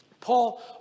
Paul